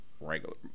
regular